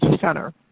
Center